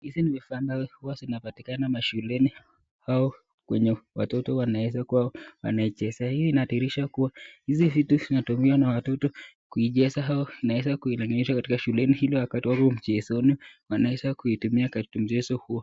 Hizi ni vifaa ambayo huwa vinapatikana mashuleni au kwenye watoto wanaweza kuwa wanachezea hii inadhiirisha kuwa hizi vitu zinatumiwa na watoto kucheza au zinaweza kuitengeneza katika shuleni ili wakati wako mchezoni wanaweza kuitumia katika mchezo huo.